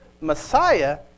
Messiah